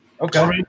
Okay